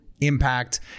impact